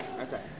Okay